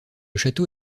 château